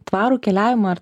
tvarų keliavimą ir